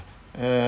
uh